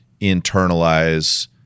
internalize